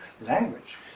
Language